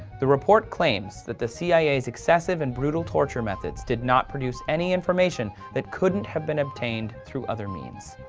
the report claims that the cia's excessive and brutal torture methods did not produce any information that couldn't have been obtained through other means.